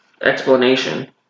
explanation